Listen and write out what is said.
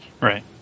Right